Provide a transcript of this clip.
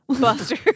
Buster